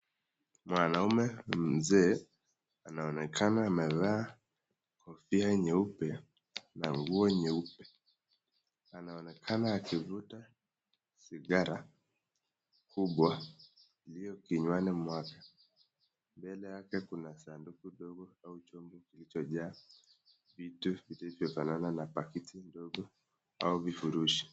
Mwanaume Mzee anaonekana amevaa kofia nyeupe na nguo nyeupe, anonekana akivuta zigara kubwa iliyo kinywaji wake, mbele yake kuna sanduku ndogo au chupa zilizojaa vitu zilizofanana na pakiti ndogo au viburisho.